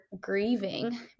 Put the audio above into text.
grieving